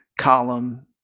column